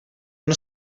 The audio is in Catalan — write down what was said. una